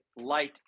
light